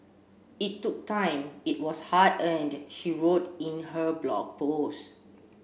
it took time it was hard earned she wrote in her Blog Post